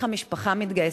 המשפחה מתגייסת,